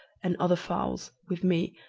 and other fowls, with me,